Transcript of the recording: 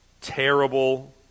terrible